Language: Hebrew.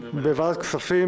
בוועדת כספים